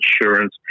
insurance